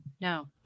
No